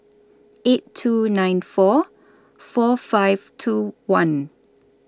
eight two nine four four five two one